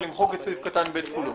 ולמחוק את סעיף (ב) כולו.